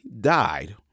died